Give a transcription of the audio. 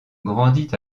grandit